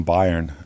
Bayern